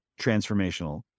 transformational